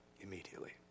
immediately